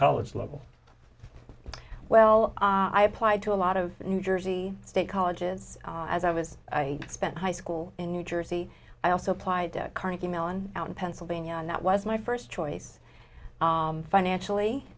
college level well i plied to a lot of new jersey state colleges as i was i spent high school in new jersey i also applied to carnegie mellon out in pennsylvania and that was my first choice financially